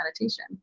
meditation